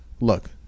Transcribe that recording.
look